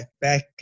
back